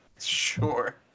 Sure